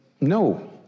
no